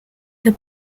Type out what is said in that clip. the